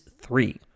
three